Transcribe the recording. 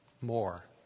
more